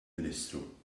ministru